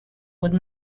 would